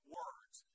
words